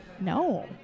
No